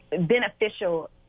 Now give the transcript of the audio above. beneficial